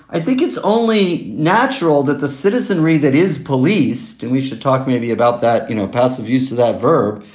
i think it's only natural that the citizenry that is police do we should talk maybe about that. you know, passive used to that verb,